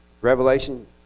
Revelation